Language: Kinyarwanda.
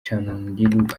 chandiru